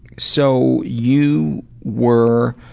so you were